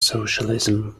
socialism